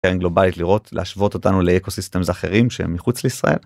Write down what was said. גלובלית לראות, להשוות אותנו לאקו סיסטמס אחרים, שמחוץ לישראל.